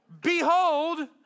Behold